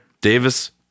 Davis